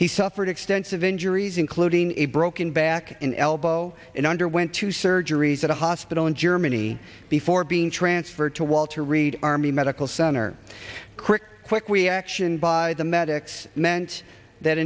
he suffered extensive injuries including a broken back an elbow and underwent two surgeries at a hospital in germany before being transferred to walter reed army medical center quick quick wee action by the medics meant that